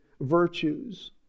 virtues